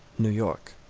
new york